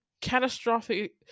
catastrophic